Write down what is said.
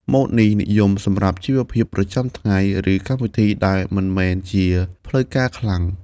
ម៉ូតនេះនិយមសម្រាប់ជីវភាពប្រចាំថ្ងៃ ឬកម្មវិធីដែលមិនមែនជាផ្លូវការខ្លាំង។